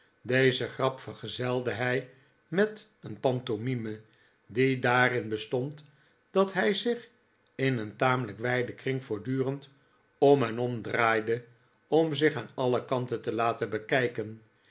deze grap vergezelde hij met een pantomime die daarin bestond dat hij zich in een tamelijk wijden kring voortdurend om en om draaide om zich aan alle kanten te laten bekijken